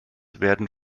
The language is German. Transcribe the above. werden